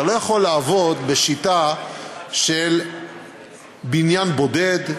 אתה לא יכול לעבוד בשיטה של בניין בודד,